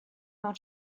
mewn